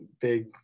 big